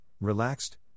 relaxed